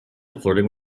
flirting